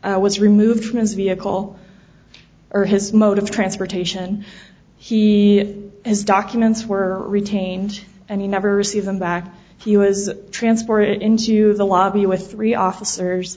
y was removed from his vehicle or his mode of transportation he has documents were retained and he never receive them back he was transported into the lobby with three officers